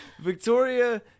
Victoria